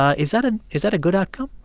ah is that ah is that a good outcome?